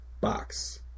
box